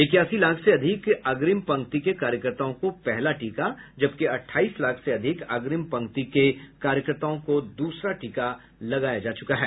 इक्यासी लाख से अधिक अग्रिम पंक्ति के कार्यकर्ताओं को पहला टीका जबकि अट्ठाईस लाख से अधिक अग्रिम पंक्ति की कार्यकर्ताओं को दूसरा टीका लगाया जा चुका है